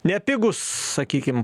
nepigūs sakykim